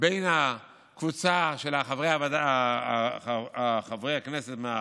בין הקבוצה של חברי הכנסת מהמשותפת,